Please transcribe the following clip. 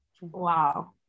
Wow